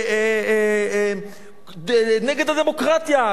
נגד הדמוקרטיה,